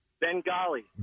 Bengali